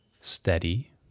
steady